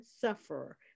sufferer